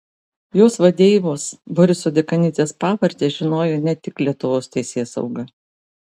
jos vadeivos boriso dekanidzės pavardę žinojo ne tik lietuvos teisėsauga